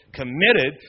committed